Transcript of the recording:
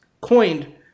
coined